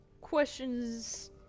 questions